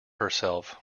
herself